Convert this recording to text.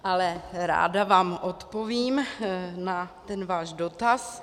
Ale ráda vám odpovím na ten váš dotaz.